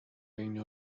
بین